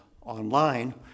online